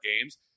games